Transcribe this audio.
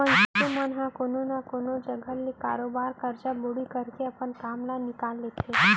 मनसे मन ह कोनो न कोनो जघा ले बरोबर करजा बोड़ी करके अपन काम ल निकालथे